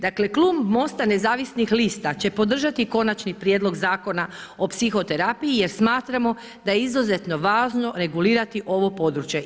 Dakle, Klub MOST-a Nezavisnih lista će podržati konačni prijedlog Zakona o psihoterapiji jer smatramo da je izuzetno važno regulirati ovo područje.